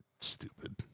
Stupid